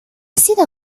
sido